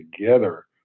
together